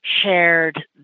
shared